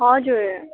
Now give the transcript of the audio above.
हजुर